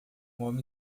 homem